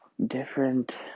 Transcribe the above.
different